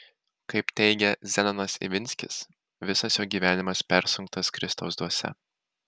kaip teigia zenonas ivinskis visas jo gyvenimas persunktas kristaus dvasia